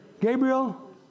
Gabriel